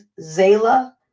zayla